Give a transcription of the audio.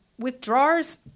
withdrawers